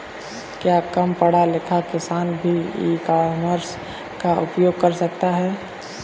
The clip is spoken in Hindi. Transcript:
क्या कम पढ़ा लिखा किसान भी ई कॉमर्स का उपयोग कर सकता है?